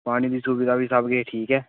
पानी दी सुवधा बी सब किश ठीक ऐ